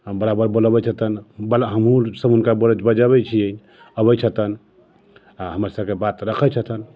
आ बराबर बुलाबैत हेतनि हमहुँ सभ हुनका बजाबै छियै अबै छथिन आ हमर सभके बात रखै छथिन